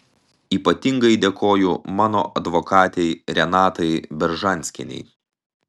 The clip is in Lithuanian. ypatingai dėkoju mano advokatei renatai beržanskienei